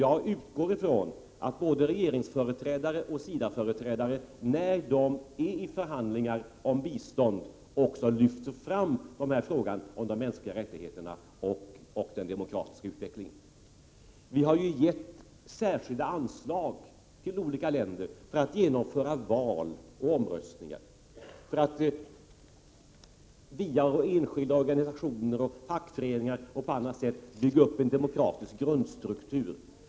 Jag utgår ifrån att både regeringsföreträdare och SIDA företrädare, när de förhandlar om bistånd, lyfter fram frågan om de mänskliga rättigheterna och den demokratiska utvecklingen. Vi har givit särskilda anslag till olika länder för att genomföra val och omröstningar, för att via enskilda organisationer, fackföreningar och på annat sätt bygga upp en demokratisk grundstruktur.